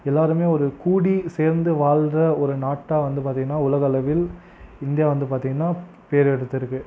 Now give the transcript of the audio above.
எல்லாருமே ஒரு கூடி சேர்ந்து வாழ்ற ஒரு நாடா வந்து பார்த்திங்கன்னா உலக அளவில் இந்தியா வந்து பார்த்திங்கன்னா பேர் எடுத்துருக்கு